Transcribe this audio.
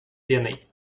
леной